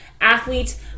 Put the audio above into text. athletes